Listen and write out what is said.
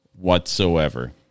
whatsoever